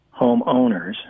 homeowners